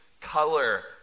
color